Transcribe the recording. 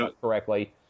correctly